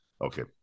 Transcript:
Okay